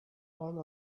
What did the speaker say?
all